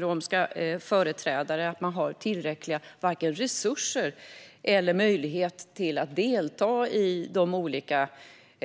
Romska företrädare upplever inte att man har tillräckliga resurser eller möjligheter att delta i de olika